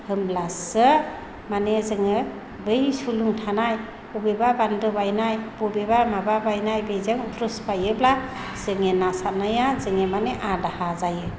होनब्लासो माने जोङो बै सुलुं थानाय बबेबा बान्दो बायनाय बबेबा माबा बायनाय बेजों रुजुफायोब्ला जोंनि ना सारनाया जोंनि माने आधा जायो